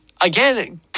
again